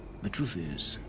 the truth is.